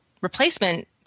replacement